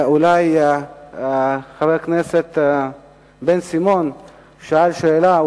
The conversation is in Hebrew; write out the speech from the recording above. חבר הכנסת בן-סימון שאל שאלה.